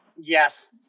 yes